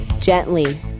Gently